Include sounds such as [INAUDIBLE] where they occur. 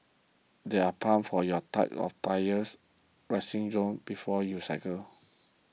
there are pumps for your [UNINTELLIGIBLE] tyres resting zone before you cycle